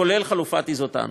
כולל חלופת האיזוטנקים,